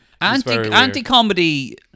Anti-comedy